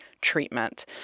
treatment